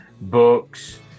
books